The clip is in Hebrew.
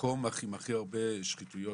המקום עם הכי הרבה שחיתויות,